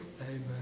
Amen